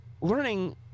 Learning